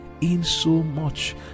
insomuch